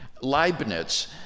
Leibniz